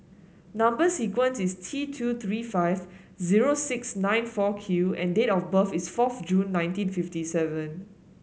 number sequence is T two three five zero six nine four Q and date of birth is fourth June nineteen fifty seven